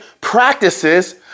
practices